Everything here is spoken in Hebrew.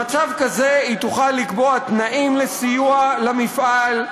במצב כזה היא תוכל לקבוע תנאים לסיוע למפעל,